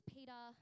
Peter